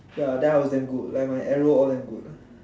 ya that was damn good like all my arrow damn good